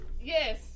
Yes